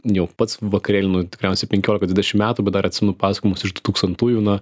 jau pats vakarėlinu tikriausiai penkiolika dvidešimt metų bet dar atsiminiau pasakojimus iš du tūkstantųjų na